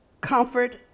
Comfort